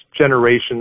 generations